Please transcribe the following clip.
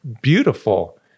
beautiful